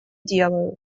делаю